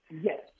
Yes